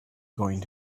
going